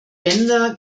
bänder